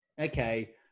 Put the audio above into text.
okay